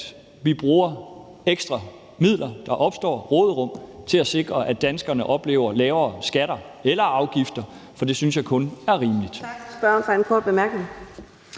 vi bruger ekstra midler, der opstår, et råderum, til at sikre, at danskerne oplever lavere skatter eller afgifter, for det synes jeg kun er rimeligt.